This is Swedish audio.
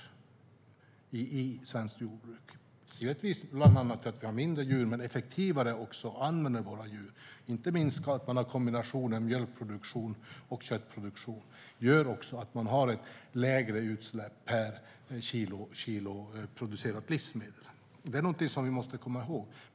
Givetvis beror det bland annat på att vi har färre djur, men vi använder också våra djur effektivare, inte minst genom kombinationen mjölkproduktion och köttproduktion. Det gör att vi har ett mindre utsläpp per kilo producerat livsmedel. Det är någonting som vi måste komma ihåg.